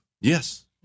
Yes